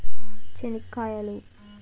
చెనిక్కాయలు